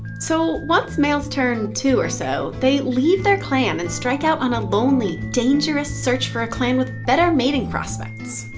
so once males turn two or so, they leave their clan and strike out on a lonely, dangerous search for a clan with better mating prospects.